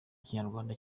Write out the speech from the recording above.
ikinyarwanda